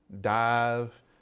Dive